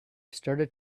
started